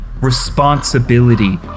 responsibility